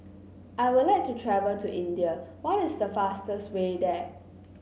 I would like to travel to India what is the fastest way there